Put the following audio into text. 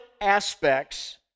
aspects